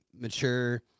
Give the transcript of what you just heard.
mature